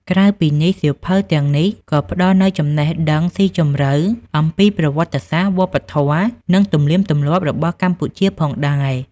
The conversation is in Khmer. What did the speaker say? ក្រៅពីនេះ សៀវភៅទាំងនេះក៏ផ្ដល់នូវ ចំណេះដឹងស៊ីជម្រៅ អំពីប្រវត្តិសាស្ត្រ វប្បធម៌ និងទំនៀមទម្លាប់របស់កម្ពុជាផងដែរ។